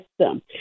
system